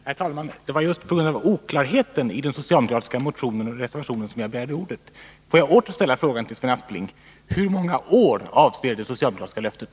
Herr talman! Det var just på grund av denna oklarhet i den socialdemokratiska motionen och reservationen som jag begärde ordet. Får jag åter ställa frågan till Sven Aspling: Hår många år avser det socialdemokratiska löftet?